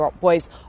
Boys